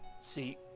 See